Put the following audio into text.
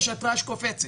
יש התראה שקופצת.